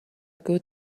good